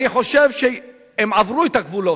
אני חושב שהם עברו את הגבולות,